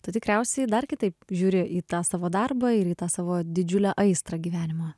tu tikriausiai dar kitaip žiūri į tą savo darbą ir į tą savo didžiulę aistrą gyvenimo